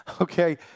Okay